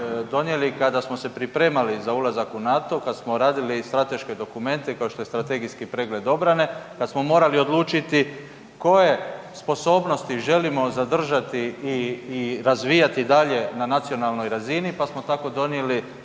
kada smo se pripremali za ulazak u NATO kad smo radili strateške dokumente kao što je strategijski pregled obrane, kad smo morali odlučiti koje sposobnosti želimo zadržati i razvijati dalje na nacionalnoj razini pa smo tako donijeli